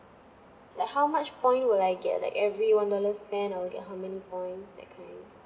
like how much point will I get like every one dollar spent I'll get how many points that kind